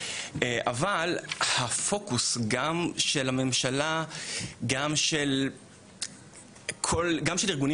אבל הפוקוס גם של הממשלה וגם של ארגונים